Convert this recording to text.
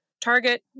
Target